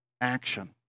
action